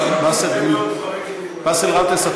באסל גטאס,